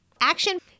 Action